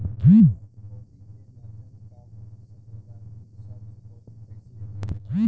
ऋण चुकौती के माध्यम का हो सकेला कि ऋण चुकौती कईसे होई?